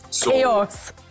Chaos